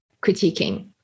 critiquing